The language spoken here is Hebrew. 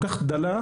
זכיינים וקבלנים,